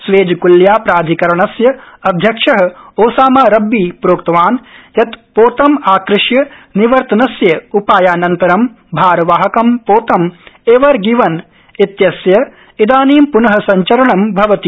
Suez कल्या प्राधिकरणस्य अध्यक्ष ओसामा रब्बी प्रोक्तवान यत पोतम आकृष्य निवर्तनस्य उपायानन्तरं भारवाहकम् पोतम् एवर गिवनइत्यस्य इदानीं पून संचरणं भवति